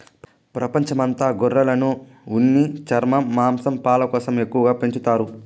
ప్రపంచం అంత గొర్రెలను ఉన్ని, చర్మం, మాంసం, పాలు కోసం ఎక్కువగా పెంచుతారు